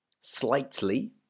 Slightly